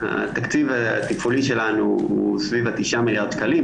התקציב התפעולי שלנו הוא סביב ה-9 מיליארד שקלים,